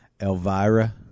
Elvira